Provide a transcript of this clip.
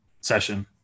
session